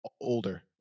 older